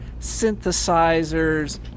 synthesizers